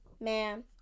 Ma'am